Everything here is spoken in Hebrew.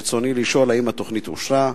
רצוני לשאול: 1. האם התוכנית אושרה?